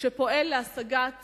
הפועל להשגת